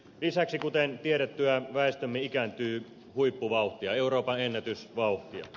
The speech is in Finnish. lisäksi kuten tiedettyä väestömme ikääntyy huippuvauhtia euroopanennätysvauhtia